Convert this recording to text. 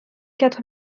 quatre